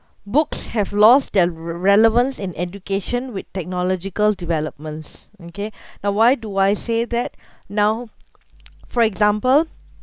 books have lost their relevance in education with technological developments okay now why do I say that now for example